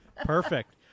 Perfect